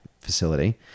facility